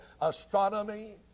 astronomy